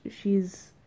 she's-